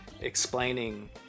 explaining